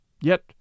yet